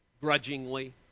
grudgingly